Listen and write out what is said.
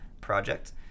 project